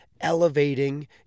elevating